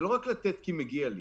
זה רק לא לתת כי מגיע לי.